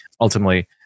ultimately